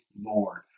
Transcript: lord